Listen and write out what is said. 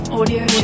Audio